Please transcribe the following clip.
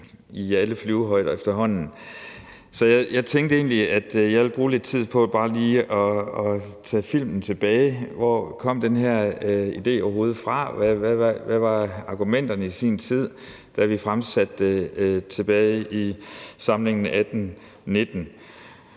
i alle flyvehøjder efterhånden. Så jeg tænkte egentlig, at jeg ville bruge lidt tid på bare lige at spole filmen tilbage. Hvor kom den her idé overhovedet fra? Hvad var argumenterne i sin tid, da vi fremsatte det tilbage i samlingen 2018-19?